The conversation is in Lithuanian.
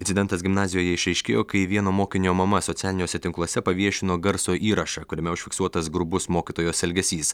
incidentas gimnazijoje išaiškėjo kai vieno mokinio mama socialiniuose tinkluose paviešino garso įrašą kuriame užfiksuotas grubus mokytojos elgesys